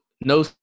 no